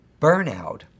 Burnout